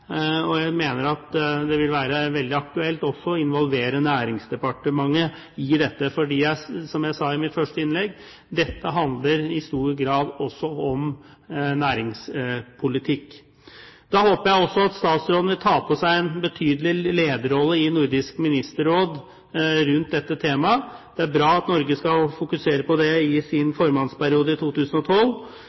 Jeg mener at det vil være veldig aktuelt også å involvere Næringsdepartementet i dette, fordi, som jeg sa i mitt første innlegg, dette i stor grad også handler om næringspolitikk. Da håper jeg at statsråden vil ta på seg en betydelig lederrolle i Nordisk Ministerråd når det gjelder dette temaet. Det er bra at Norge skal fokusere på det i sin formannskapsperiode i 2012.